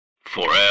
Forever